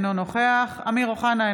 אינו נוכח אמיר אוחנה,